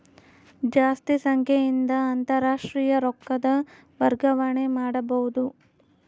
ಜಾಸ್ತಿ ಸಂಖ್ಯೆಯಿಂದ ಅಂತಾರಾಷ್ಟ್ರೀಯ ರೊಕ್ಕದ ವರ್ಗಾವಣೆ ಮಾಡಬೊದು